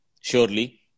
surely